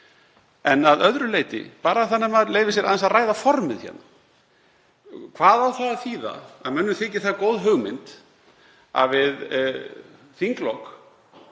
En að öðru leyti, bara þannig að maður leyfi sér aðeins að ræða formið hérna: Hvað á það að þýða að mönnum þyki það góð hugmynd að við þinglok